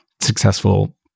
successful